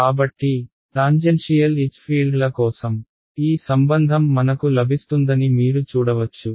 కాబట్టి tangential H ఫీల్డ్ల కోసం ఈ సంబంధం మనకు లభిస్తుందని మీరు చూడవచ్చు